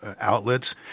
outlets